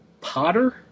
Potter